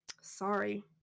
Sorry